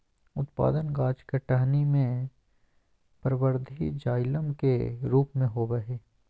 उत्पादन गाछ के टहनी में परवर्धी जाइलम के रूप में होबय हइ